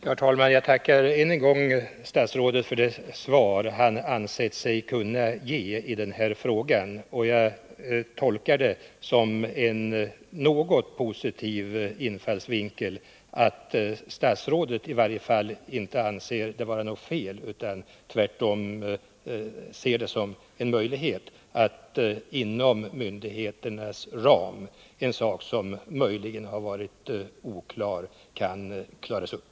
Herr talman! Än en gång tackar jag statsrådet för det svar han ansett sig kunna ge i den här frågan. Jag tolkar det som en något positivare infallsvinkel, att statsrådet i varje fall inte anser det vara något fel utan tvärtom ser det som en möjlighet att man inom myndighetens ram kan klara upp detta, något som möjligen varit oklart.